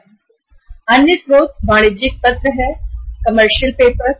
जैसे अन्य स्रोत है वाणिज्यिक पत्र अथवा कमर्शियल पेपर है